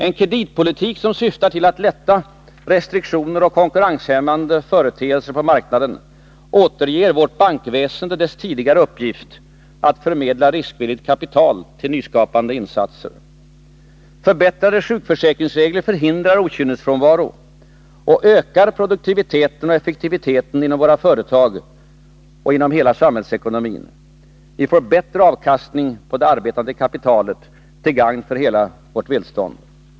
En kreditpolitik som syftar till att lätta restriktioner och konkurrenshämmande företeelser på marknaden återger vårt bankväsende dess tidigare uppgift att förmedla riskvilligt kapital till nyskapande insatser. Förbättrade sjukförsäkringsregler förhindrar okynnesfrånvaro och ökar produktiviteten och effektiviteten inom våra företag och inom hela samhällsekonomin. Vi får bättre avkastning på det arbetande kapitalet till gagn för hela vårt välstånd.